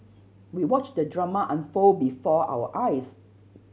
we watched the drama unfold before our eyes